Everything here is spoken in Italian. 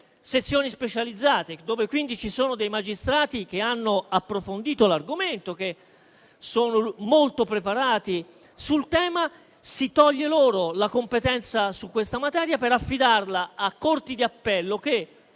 sezioni specializzate, dove ci sono dei magistrati che hanno approfondito l'argomento e che sono molto preparati sul tema, si toglie loro la competenza su questa materia per affidarla alle corti di appello, che